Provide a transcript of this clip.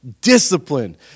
Discipline